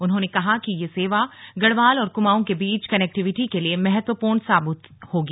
उन्होंने कहा कि यह सेवा गढ़वाल और कुमाऊ के बीच कनेक्टिविटी के लिए महत्वपूर्ण साबित होगी